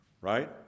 right